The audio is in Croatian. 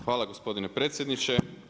Hvala gospodine predsjedniče.